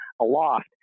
aloft